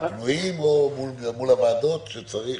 הפנויים מול הוועדות שצריך.